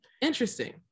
Interesting